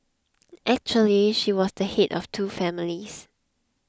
actually she was the head of two families